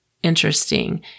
interesting